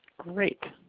great!